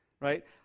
right